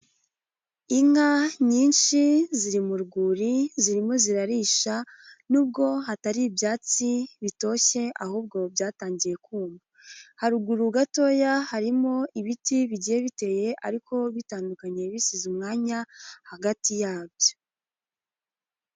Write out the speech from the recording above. Inka nyinshi ziri mu rwuri, zirimo zirarisha, nubwo hatari ibyatsi bitoshye, ahubwo byatangiye kuma, haruguru gatoya, harimo ibiti bigiye biteye ariko bitandukanye bisize umwanya hagati yabyo.